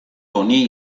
honi